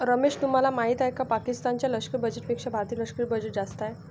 रमेश तुम्हाला माहिती आहे की पाकिस्तान च्या लष्करी बजेटपेक्षा भारतीय लष्करी बजेट जास्त आहे